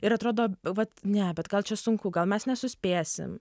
ir atrodo vat ne bet gal čia sunku gal mes nesuspėsim